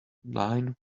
nine